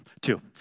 Two